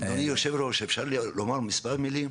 אדוני היושב-ראש, אפשר לומר מספר מילים?